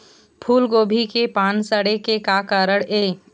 फूलगोभी के पान सड़े के का कारण ये?